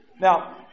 Now